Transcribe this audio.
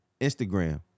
Instagram